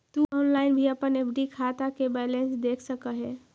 तु ऑनलाइन भी अपन एफ.डी खाता के बैलेंस देख सकऽ हे